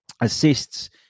Assists